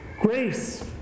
Grace